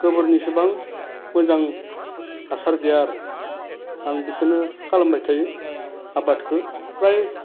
गोबोरनिसेबां मोजां हासार गैया आरो आं बेखोनो खालामबाय थायो आबादखो फ्राय